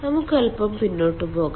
നമുക്ക് അല്പം പിന്നോട്ട് പോകാം